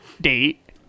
date